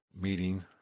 meeting